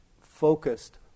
focused